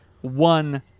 one